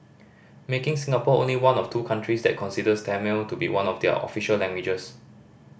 making Singapore only one of two countries that considers Tamil to be one of their official languages